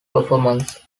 performance